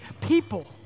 people